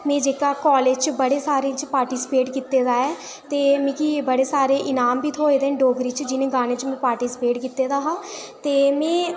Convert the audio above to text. मिगी जेह्का कालेज च बी बड़े सारें च पार्टिसपेट कीते दा ऐ ते मिगी बड़े सारे इनाम बी थोए दे न डोगरी च जि'नें गाने च में पार्टिसपेट कीते दा हा ते में